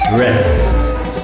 rest